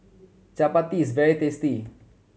chappati is very tasty